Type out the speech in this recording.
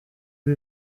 uri